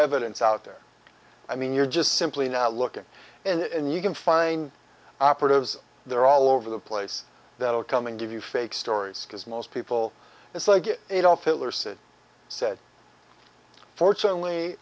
evidence out there i mean you're just simply not looking and you can find operatives there all over the place that will come and give you fake stories because most people it's like adolf hitler said said fortunately